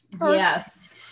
Yes